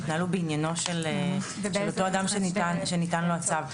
התנהלו בעניינו של אותו אדם שניתן לו הצו.